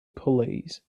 pulleys